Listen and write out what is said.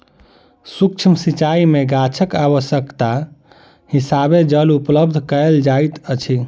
सुक्ष्म सिचाई में गाछक आवश्यकताक हिसाबें जल उपलब्ध कयल जाइत अछि